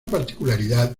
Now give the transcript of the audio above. particularidad